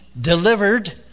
delivered